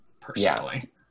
personally